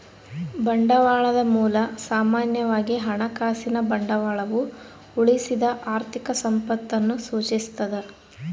ಬಂಡವಾಳದ ಮೂಲ ಸಾಮಾನ್ಯವಾಗಿ ಹಣಕಾಸಿನ ಬಂಡವಾಳವು ಉಳಿಸಿದ ಆರ್ಥಿಕ ಸಂಪತ್ತನ್ನು ಸೂಚಿಸ್ತದ